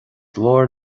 leor